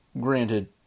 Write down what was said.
Granted